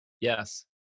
Yes